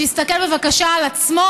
שיסתכל בבקשה על עצמו,